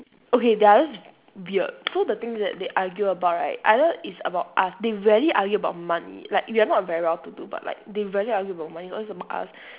okay they are just weird so the thing is that they argue about right either it's about us they rarely argue about money like we are not very well to do but like they very rarely argue about money it's always about us